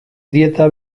dieta